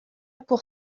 pour